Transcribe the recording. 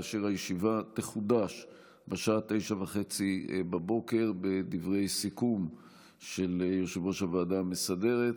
והישיבה תחודש בשעה 09:30 בבוקר בדברי סיכום של יושב-ראש הוועדה המסדרת,